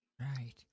Right